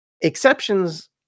exceptions